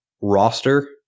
roster